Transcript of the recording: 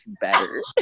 better